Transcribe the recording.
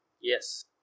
Yes